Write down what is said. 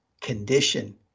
condition